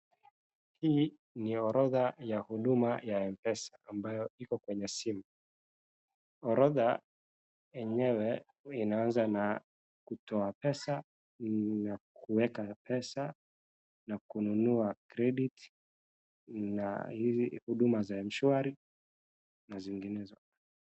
Hii ni orodha ya huduma ya Mpesa ambayo iko kwenye simu. Orodha enyewe inaanza na kutoa pesa na kueka pesa na kununua credit na hizi huduma za M-shwari na zinginezo.